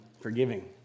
forgiving